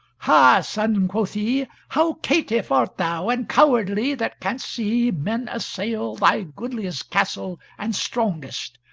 ha! son, quoth he, how caitiff art thou, and cowardly, that canst see men assail thy goodliest castle and strongest.